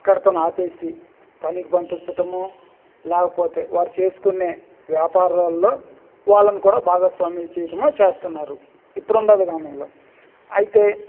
అక్కడితోని ఆపేసి పనికి పంపించడమో లేకపోతే వారు చేసుకునే వ్యాపారాల్లో వాళ్ళను కూడా భాగస్వాములు చేయటమో చేస్తున్నారు ఇప్పుడు ఉన్న విధానంలో అయితే